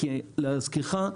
כי להזכירך,